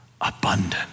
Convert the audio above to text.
abundant